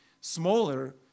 smaller